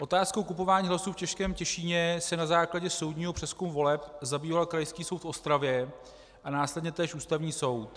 Otázkou kupování hlasů v Českém Těšíně se na základě soudního přezkumu voleb zabýval Krajský soud v Ostravě a následně též Ústavní soud.